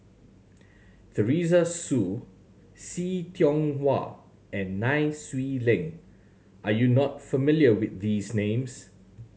Teresa Hsu See Tiong Wah and Nai Swee Leng are you not familiar with these names